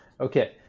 Okay